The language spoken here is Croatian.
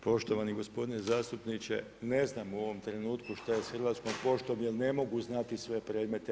Poštovani gospodine zastupniče, ne znam u ovom trenutku što je s Hrvatskom poštom jer ne mogu znati sve predmete.